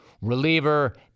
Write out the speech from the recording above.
Reliever